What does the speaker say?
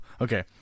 okay